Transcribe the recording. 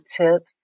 tips